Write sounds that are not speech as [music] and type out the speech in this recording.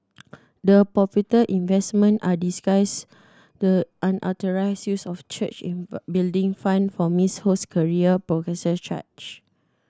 the purported investment are disguise the unauthorised use of church [unintelligible] building funds for Miss Ho's career prosecutor charge